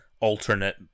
alternate